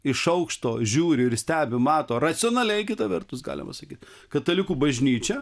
iš aukšto žiūri ir stebi mato racionaliai kita vertus galima sakyt katalikų bažnyčią